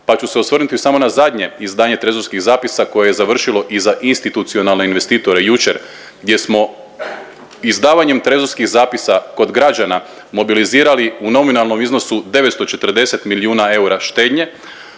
pa ću se osvrnuti samo na zadnje izdanje trezorskih zapisa koje je završilo i za institucionalne investitore jučer gdje smo izdavanjem trezorskih zapisa kod građana mobilizirali u nominalnom iznosu 940 milijuna eura štednje,